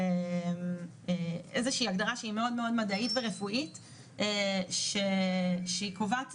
שבידוד הוא אמצעי שהוא פחות פוגעני והוא צריך להינקט